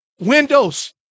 Windows